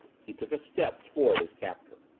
he took a step toward his captor.